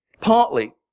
Partly